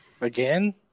Again